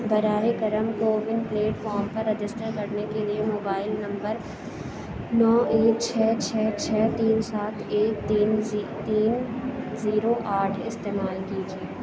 براہ کرم Koo platform پر رجسٹر کرنے کے لیے موبائل نمبر نو ایک چھ چھ چھ تین سات ایک تین زی زیرو آٹھ استعمال کیجیے